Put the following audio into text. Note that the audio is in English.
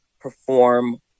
perform